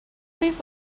please